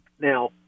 Now